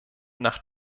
nach